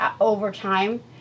overtime